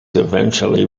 eventually